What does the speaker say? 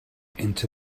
into